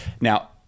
Now